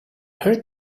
heard